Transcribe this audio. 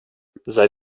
seit